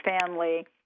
family